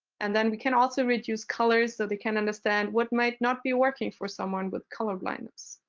and then we can also reduce colors so they can understand what might not be working for someone with color blindness.